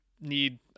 need